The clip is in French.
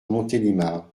montélimar